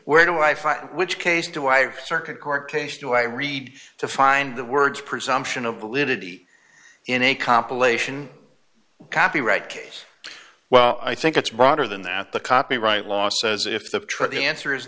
where do i file which case do i have circuit court case do i read to find the words presumption of validity in a compilation copyright case well i think it's broader than that the copyright law says if the true the answer is